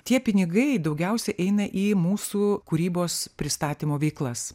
tie pinigai daugiausia eina į mūsų kūrybos pristatymo veiklas